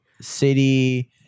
city